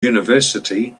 university